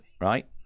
right